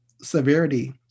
severity